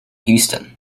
houston